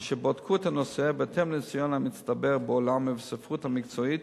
אשר בדקו את הנושא בהתאם לניסיון המצטבר בעולם ובספרות המקצועית,